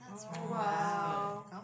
Wow